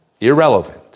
Irrelevant